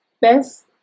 best